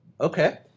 Okay